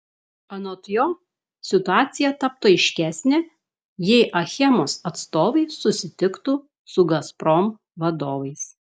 anot jo situacija taptų aiškesnė jei achemos atstovai susitiktų su gazprom vadovais